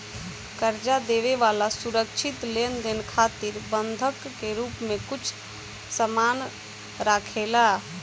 कर्जा देवे वाला सुरक्षित लेनदेन खातिर बंधक के रूप में कुछ सामान राखेला